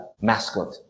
mascot